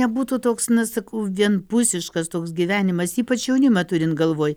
nebūtų toks na sakau vienpusiškas toks gyvenimas ypač jaunimą turint galvoj